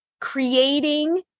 creating